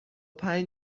پنج